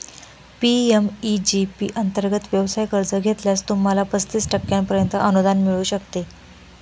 PMEG P अंतर्गत व्यवसाय कर्ज घेतल्यास, तुम्हाला पस्तीस टक्क्यांपर्यंत अनुदान मिळू शकते